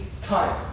time